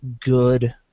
good